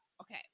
okay